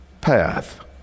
path